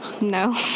No